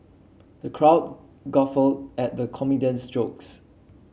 the crowd guffawed at the comedian's jokes